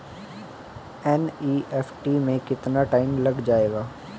NEFT में कितना time लग जाएगा?